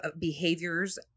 behaviors